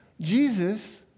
Jesus